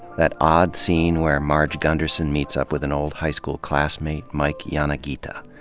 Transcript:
that odd scene where marge gunderson meets up with an old high school classmate, mike yanagita.